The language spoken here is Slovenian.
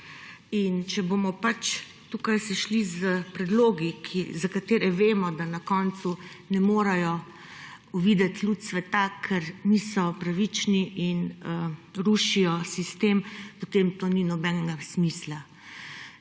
In če bomo se tukaj šli s predlogi, za katere vemo, da na koncu ne morejo ugledati luči sveta, ker niso pravični in rušijo sistem, potem tu ni nobenega smisla.